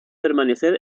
permanecer